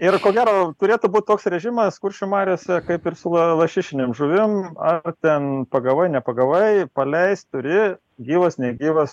ir ko gero turėtų būti toks režimas kuršių mariose kaip ir su lašišinėm žuvim ar ten pagavai nepagavai paleist turi gyvas negyvas